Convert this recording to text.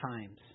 times